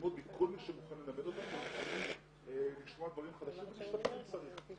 ללמוד מכל מי שמוכן ללמד אותנו לשמוע דברים חדשים ולהשתפר אם צריך.